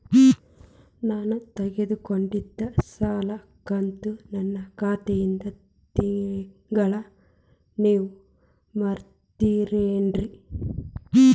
ನಾ ತೊಗೊಂಡಿದ್ದ ಸಾಲದ ಕಂತು ನನ್ನ ಖಾತೆಯಿಂದ ತಿಂಗಳಾ ನೇವ್ ಮುರೇತೇರೇನ್ರೇ?